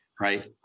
right